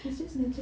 it's just naturally